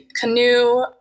canoe